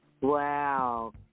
Wow